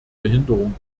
behinderungen